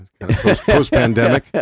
post-pandemic